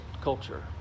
culture